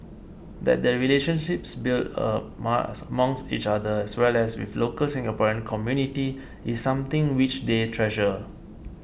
that the relationships built up amongst each other as well as with local Singaporean community is something which they treasure